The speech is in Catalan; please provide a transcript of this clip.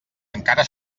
encara